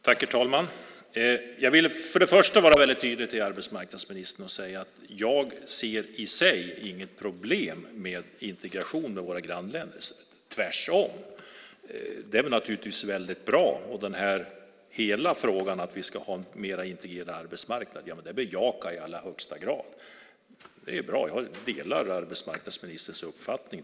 Herr talman! Jag vill för det första vara väldigt tydlig till arbetsmarknadsministern och säga att jag i sig inte ser något problem med integration med våra grannländer, tvärtom. Det är naturligtvis väldigt bra. Hela frågan att vi ska ha en mer integrerad arbetsmarknad bejakar jag i allra högsta grad. Det är bra. Jag delar arbetsmarknadsministerns uppfattning.